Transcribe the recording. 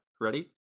ready